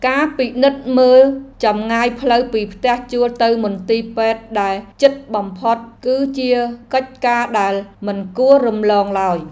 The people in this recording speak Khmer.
ការពិនិត្យមើលចម្ងាយផ្លូវពីផ្ទះជួលទៅមន្ទីរពេទ្យដែលជិតបំផុតគឺជាកិច្ចការដែលមិនគួររំលងឡើយ។